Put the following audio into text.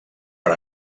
per